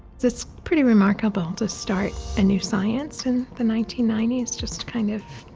that's pretty remarkable to start a new science in the nineteen ninety s, just kind of